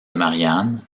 marianne